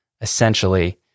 Essentially